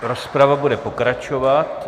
Rozprava bude pokračovat.